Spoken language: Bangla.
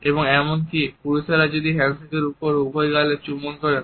এবং এমনকি পুরুষরাও যদি হ্যান্ডশেকের পরে উভয় গালে চুম্বন করেন